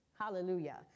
hallelujah